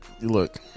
Look